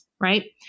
right